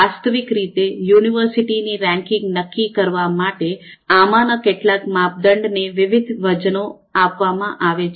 વાસ્તવિક રીતે યુનિવર્સિટીની રેન્કિંગ નક્કી કરવા માટે આમાંના કેટલાક માપદંડોને વિવિધ વજનો આપવામાં આવે છે